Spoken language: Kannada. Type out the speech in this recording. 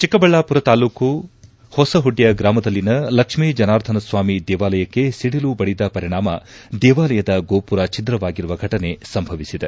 ಚಿಕ್ಕಬಳ್ಳಾಪುರ ತಾಲೂಕು ಹೊಸಹುಡ್ಕ ಗ್ರಾಮದಲ್ಲಿನ ಲಕ್ಷ್ಮೀಜನಾರ್ದನಸ್ವಾಮಿ ದೇವಾಲಯಕ್ಕೆ ಸಿಡಿಲು ಬಡಿದ ಪರಿಣಾಮ ದೇವಾಲಯದ ಗೋಪುರ ಛಿದ್ರವಾಗಿರುವ ಘಟನೆ ಸಂಭವಿಸಿದೆ